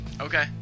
Okay